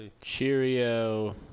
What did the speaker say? Cheerio